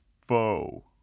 foe